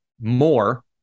more